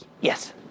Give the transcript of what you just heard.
Yes